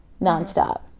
nonstop